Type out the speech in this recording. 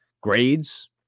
grades